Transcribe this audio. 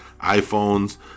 iPhones